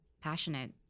passionate